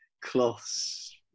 cloths